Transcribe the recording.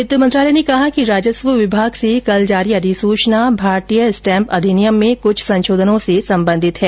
वित्त मंत्रालय ने कहा कि राजस्व विभाग से कल जारी अधिसूचना भारतीय स्टैम्प अधिनियम में कुछ संशोधनों से संबंधित है